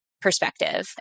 perspective